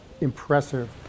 impressive